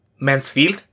Mansfield